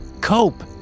cope